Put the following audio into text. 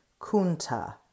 Kunta